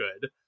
good